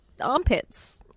armpits